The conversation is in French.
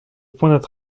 point